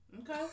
Okay